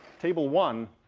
table one.